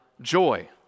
joy